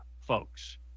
folks